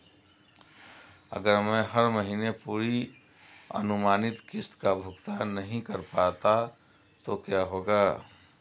अगर मैं हर महीने पूरी अनुमानित किश्त का भुगतान नहीं कर पाता तो क्या होगा?